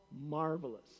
marvelous